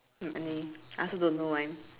I also don't know why